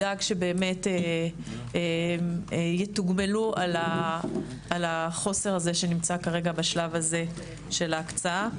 שנדאג שבאמת יתוגמלו על החוסר הזה שנמצא כרגע בשלב הזה של ההקצאה.